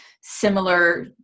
similar